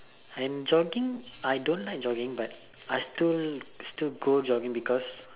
and jogging I don't like jogging but I still still go jogging because